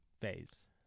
phase